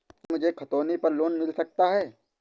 क्या मुझे खतौनी पर लोन मिल सकता है?